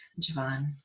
Javon